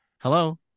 Hello